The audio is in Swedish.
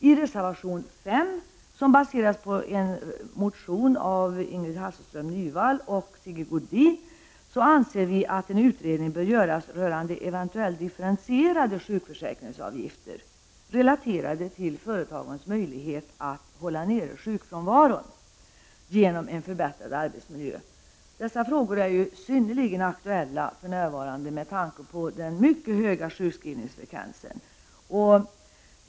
I reservation 5, som baseras på en motion av Ingrid Hasselström Nyvall och Sigge Godin, anser vi att en utredning bör göras rörande eventuellt differentierade sjukförsäkringsavgifter, relaterade till företagens möjlighet att hålla nere sjukfrånvaron genom en förbättrad arbetsmiljö. Dessa frågor är ju synnerligen aktuella för närvarande med tanke på den mycket höga sjukskrivningsfrekvensen.